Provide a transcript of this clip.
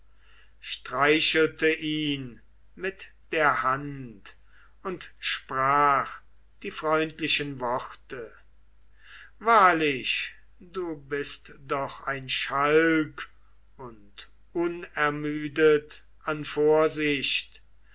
streichelte ihn mit der hand und sprach die freundlichen worte wahrlich du bist doch ein schalk und unermüdet an vorsicht